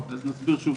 לדעתי,